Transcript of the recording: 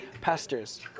pastors